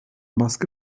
baskı